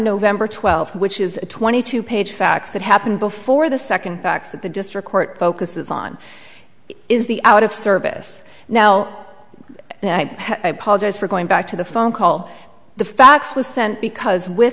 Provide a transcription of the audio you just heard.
november twelfth which is a twenty two page fax that happened before the second fax that the district court focuses on is the out of service now apologized for going back to the phone call the fax was sent because with